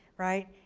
right.